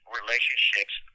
relationships